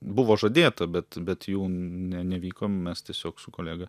buvo žadėta bet bet jų ne nevyko mes tiesiog su kolega